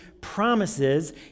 promises